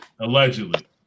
Allegedly